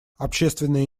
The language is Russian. общественные